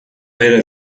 era